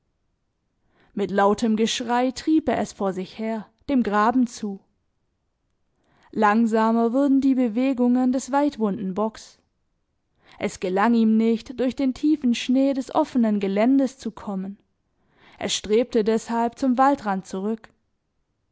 mit lautem geschrei trieb er es vor sich her dem graben zu langsamer wurden die bewegungen des weidwunden bocks es gelang ihm nicht durch den tiefen schnee des offenen geländes zu kommen er strebte deshalb zum waldrand zurück